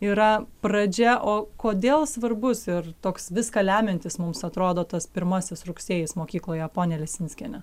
yra pradžia o kodėl svarbus ir toks viską lemiantis mums atrodo tas pirmasis rugsėjis mokykloje ponia lesinskiene